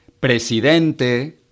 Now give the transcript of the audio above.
presidente